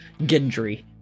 Gendry